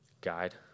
Guide